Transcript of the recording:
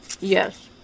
Yes